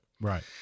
Right